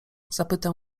zapytał